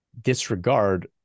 disregard